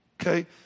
Okay